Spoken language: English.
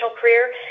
career